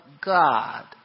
God